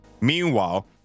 meanwhile